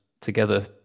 together